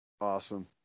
Awesome